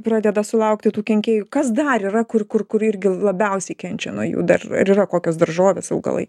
pradeda sulaukti tų kenkėjų kas dar yra kur kur kur irgi labiausiai kenčia nuo jų dar ar yra kokios daržovės augalai